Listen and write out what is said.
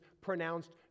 pronounced